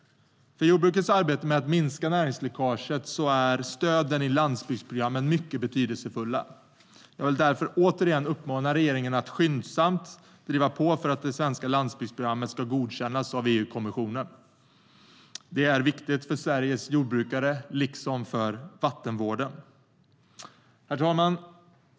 För jordbrukets arbete med att minska näringsläckaget är stöden i landsbygdsprogrammet mycket betydelsefulla. Jag vill därför återigen uppmana regeringen att skyndsamt driva på för att det svenska landsbygdsprogrammet ska godkännas av EU-kommissionen. Det är viktigt för Sveriges jordbrukare liksom för vattenvården. Herr talman!